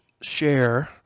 share